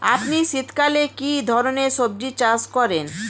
আপনি শীতকালে কী ধরনের সবজী চাষ করেন?